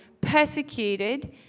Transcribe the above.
persecuted